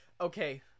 okay